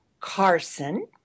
Carson